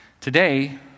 today